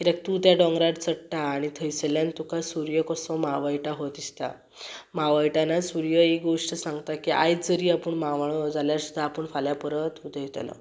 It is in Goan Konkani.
कारण तूं त्या डोंगरार चडटा आनी थंय सरल्यान तुका सूर्य कसो मावळटा हो दिसता मावळटना सूर्य ही गोश्ट सांगता की आयज जरी आपूण मावळ्ळो जाल्यार सुद्दां आपूण फाल्यां परत उदेतलो